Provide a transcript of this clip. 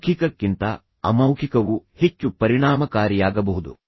ಮೌಖಿಕಕ್ಕಿಂತ ಅಮೌಖಿಕವು ಹೆಚ್ಚು ಪರಿಣಾಮಕಾರಿಯಾಗಬಹುದು